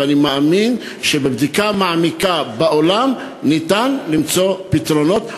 ואני מאמין שבבדיקה מעמיקה בעולם ניתן למצוא פתרונות.